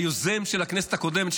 היוזם של החוק בכנסת הקודמת,